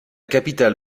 capitale